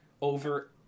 over